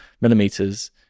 millimeters